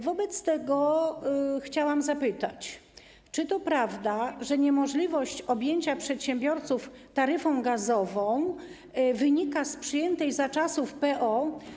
Wobec tego chciałam zapytać: Czy to prawda, że niemożliwość objęcia przedsiębiorców taryfą gazową wynika z przyjętej za czasów PO.